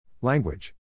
Language